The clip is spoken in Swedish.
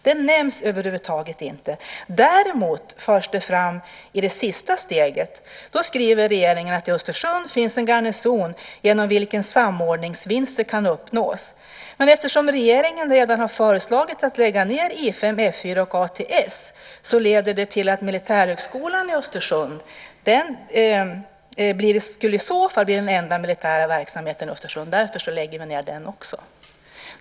Det nämns över huvud taget inte. Däremot förs det fram i det sista steget. Då skriver regeringen att det i Östersund finns en garnison genom vilken samordningsvinster kan uppnås. Men eftersom regeringen redan har föreslagit att I 5, F 4 och ATS ska läggas ned leder det till att Militärhögskolan i Östersund i så fall skulle bli den enda militära verksamheten i Östersund, och därför förslår man att den också läggs ned.